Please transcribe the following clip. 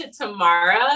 Tamara